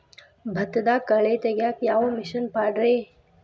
ಭತ್ತದಾಗ ಕಳೆ ತೆಗಿಯಾಕ ಯಾವ ಮಿಷನ್ ಪಾಡ್ರೇ?